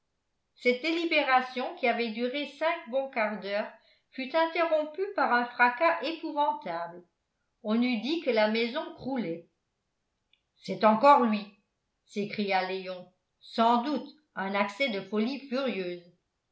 cette délibération qui avait duré cinq bons quarts d'heure fut interrompue par un fracas épouvantable on eût dit que la maison croulait c'est encore lui s'écria léon sans doute un accès de folie furieuse